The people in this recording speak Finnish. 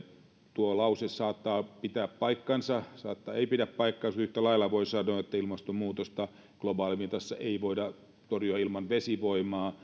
tuo lause saattaa pitää paikkansa saattaa ettei pitää paikkaansa yhtä lailla voi sanoa että ilmastonmuutosta globaalimitassa ei voida torjua ilman vesivoimaa